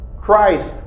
Christ